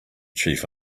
chief